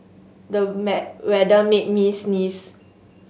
the weather made me sneeze